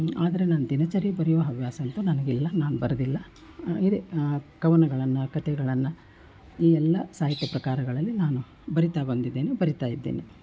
ಆದರೆ ನಾನು ದಿನಚರಿ ಬರೆಯೋ ಹವ್ಯಾಸ ಅಂತೂ ನನಗಿಲ್ಲ ನಾನು ಬರೆದಿಲ್ಲ ಇದೆ ಕವನಗಳನ್ನು ಕತೆಗಳನ್ನು ಈ ಎಲ್ಲ ಸಾಹಿತ್ಯ ಪ್ರಕಾರಗಳಲ್ಲಿ ನಾನು ಬರಿತಾ ಬಂದಿದ್ದೇನೆ ಬರಿತಾ ಇದ್ದೇನೆ